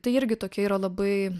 tai irgi tokie yra labai